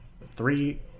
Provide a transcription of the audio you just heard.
three